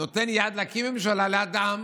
נותן יד להקים ממשלה לאדם